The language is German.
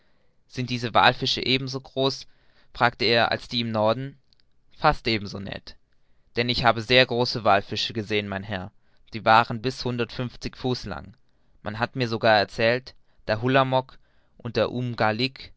sind diese wallfische eben so groß fragte er als die im norden fast ebenso ned denn ich habe sehr große wallfische gesehen mein herr die waren bis hundertundfünfzig fuß lang man hat mir sogar erzählt der hullamock und der umgallick